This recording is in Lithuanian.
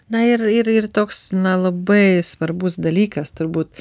na ir ir ir toks na labai svarbus dalykas turbūt